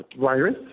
virus